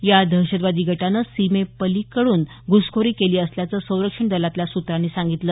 या दहशतवादी गटानं सीमेपलीकडून घुसखोरी केली असल्याचं संरक्षण दलातल्या सूत्रांनी सांगितलं